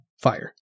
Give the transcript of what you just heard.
fire